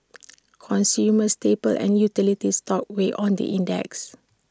consumer staple and utility stocks weighed on the index